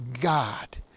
God